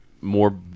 more